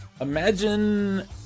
Imagine